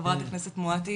חברת הכנסת מואטי